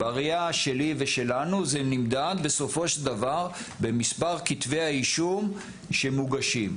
בראייה שלי ושלנו זה נמדד בסופו של דבר במספר כתבי האישום שמוגשים.